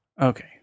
Okay